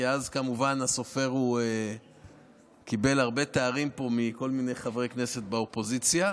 כי כמובן הסופר קיבל הרבה תארים פה מכל מיני חברי כנסת באופוזיציה.